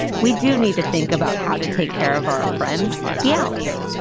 we do need to think about how to take care of our friends the owls.